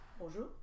bonjour